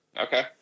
okay